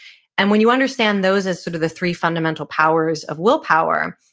and when you understand those as sort of the three fundamental powers of willpower,